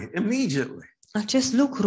immediately